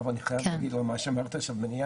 זה בעצם תהליך שנמשך כל השנה: מתחיל